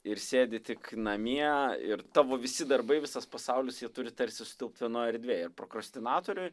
ir sėdi tik namie ir tavo visi darbai visas pasaulis jie turi tarsi sutilpt vienoj erdvėj ir prokrastinatoriui